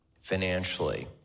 financially